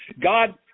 God